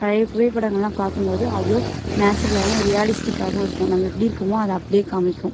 பழைய புகைபடங்கள்லாம் பார்க்கும் போது அவ்வளோ நேச்சுரலாகவும் ரியாலிஸ்டிக்காவும் இருக்கும் நம்ம எப்படி இருக்குமோ அப்படியே காம்மிக்கும்